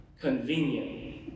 convenient